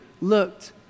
looked